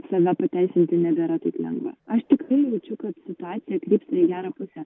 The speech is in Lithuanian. save pateisinti nebėra taip lengva aš tikrai jaučiu kad situacija krypsta į gerą pusę